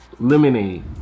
Lemonade